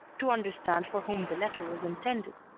to understand for whom the letter was intended,